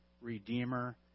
redeemer